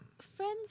friends